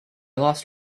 lost